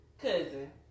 Cousin